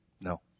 No